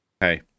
Hey